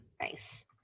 Nice